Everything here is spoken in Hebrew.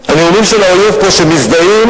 של האויב פה, שמזדהים